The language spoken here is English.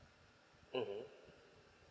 mmhmm